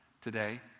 today